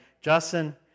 Justin